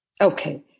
Okay